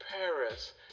Paris